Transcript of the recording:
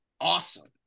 awesome